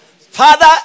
Father